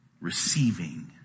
receiving